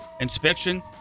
inspection